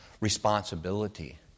responsibility